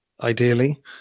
ideally